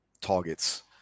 targets